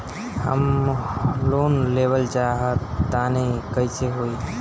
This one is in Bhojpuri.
हम लोन लेवल चाह तानि कइसे होई?